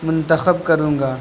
منتخب کروں گا